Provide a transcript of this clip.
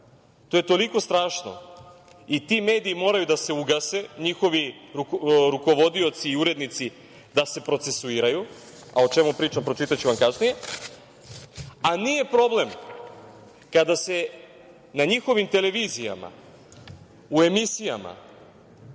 To je toliko strašno i ti mediji moraju da se ugase, njihovi rukovodioci i urednici da se procesuiraju, a o čemu pričam pročitaću vam kasnije, a nije problem kada se na njihovim televizijama u emisijama